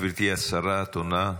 גברתי השרה, את עונה.